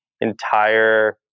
entire